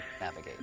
navigate